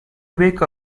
wake